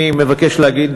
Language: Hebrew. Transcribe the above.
אני מבקש להגיד,